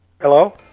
Hello